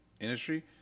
industry